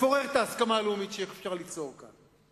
לפורר את ההסכמה הלאומית שאפשר ליצור כאן.